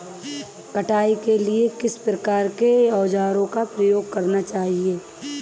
कटाई के लिए किस प्रकार के औज़ारों का उपयोग करना चाहिए?